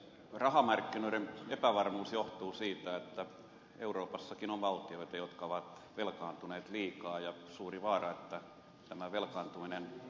rahamarkkinoiden epävarmuus johtuu siitä että euroopassakin on valtioita jotka ovat velkaantuneet liikaa ja on suuri vaara että tämä velkaantuminen jatkuu